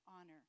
honor